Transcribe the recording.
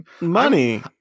money